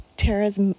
Tara's